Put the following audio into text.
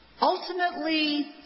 ultimately